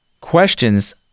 Questions